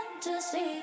fantasy